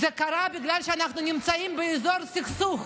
זה קרה בגלל שאנחנו נמצאים באזור סכסוך,